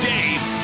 Dave